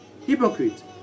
Hypocrite